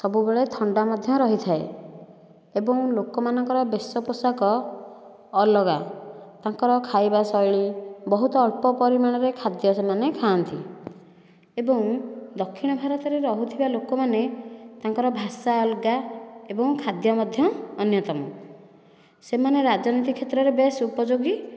ସବୁବେଳେ ଥଣ୍ଡା ମଧ୍ୟ ରହିଥାଏ ଏବଂ ଲୋକ ମାନଙ୍କର ବେଶ ପୋଷାକ ଅଲଗା ତାଙ୍କର ଖାଇବା ଶୈଳୀ ବହୁତ ଅଳ୍ପ ପରିମାଣ ରେ ଖାଦ୍ୟ ସେମାନେ ଖାଆନ୍ତି ଏବଂ ଦକ୍ଷିଣ ଭାରତ ରହୁଥିବା ଲୋକ ମାନେ ତାଙ୍କର ଭାଷା ଅଲଗା ଏବଂ ଖାଦ୍ୟ ମଧ୍ୟ ଅନ୍ୟତମ ସେମାନେ ରାଜନୀତି କ୍ଷେତ୍ରରେ ବେଶ ଉପଯୋଗୀ